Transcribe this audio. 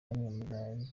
namwe